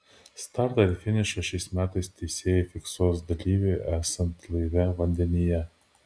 startą ir finišą šiais metais teisėjai fiksuos dalyviui esant laive vandenyje